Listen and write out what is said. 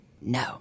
No